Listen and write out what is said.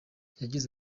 yagize